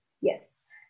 Yes